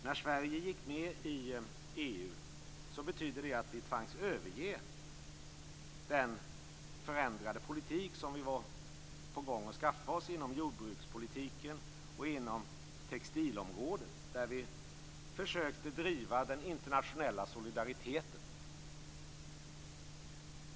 När Sverige gick med i EU betydde det att vi tvangs överge den förändrade politik som vi var på gång att skaffa oss inom jordbrukspolitiken och på textilområdet, där vi försökte driva den internationella solidariteten.